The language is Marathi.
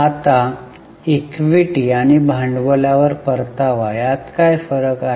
आता इक्विटी आणि भांडवलावर परतावा यात काय फरक आहे